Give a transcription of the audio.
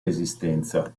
resistenza